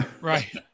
right